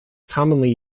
commonly